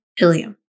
ilium